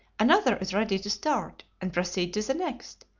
another is ready to start and proceed to the next,